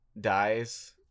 dies